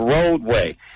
roadway